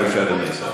בבקשה, אדוני השר.